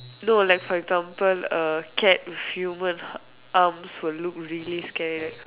no like for example a cat with human arms will look really scary